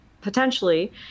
potentially